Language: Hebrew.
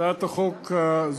הצעת החוק הזאת,